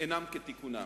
אינם כתיקונם,